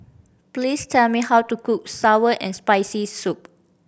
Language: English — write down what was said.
please tell me how to cook sour and Spicy Soup